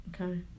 okay